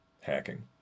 hacking